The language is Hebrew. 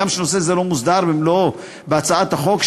הגם שנושא זה לא מוסדר במלואו בהצעת החוק,